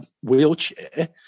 wheelchair